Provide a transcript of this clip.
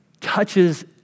touches